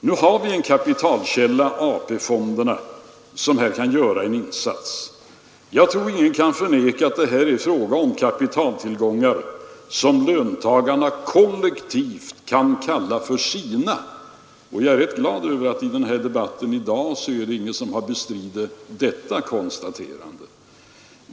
Nu har vi en kapitalkälla — AP-fonderna — som här kan göra en insats. Jag tror ingen kan förneka att det här är fråga om kapitaltillgångar som löntagarna kollektivt kan kalla för sina.” — Jag är rätt glad över att i den här debatten i dag ingen har bestritt detta konstaterande.